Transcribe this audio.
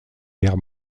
guerre